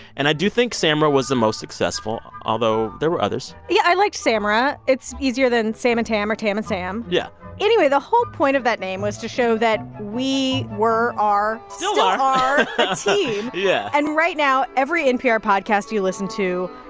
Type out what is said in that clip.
and i do think samara was the most successful although there were others yeah, i liked samara. it's easier than sam and tam or tam and sam yeah anyway, the whole point of that name was to show that we were are. still are. still are a team yeah and right now, every npr podcast you listen to,